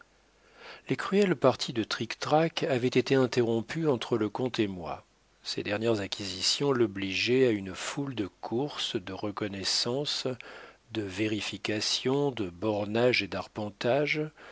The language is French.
les cruelles parties de trictrac avaient été interrompues entre le comte et moi ses dernières acquisitions l'obligeaient à une foule de courses de reconnaissances de vérifications de bornages et d'arpentages